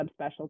subspecialty